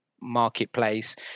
marketplace